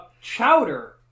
Chowder